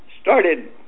started